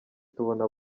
tubona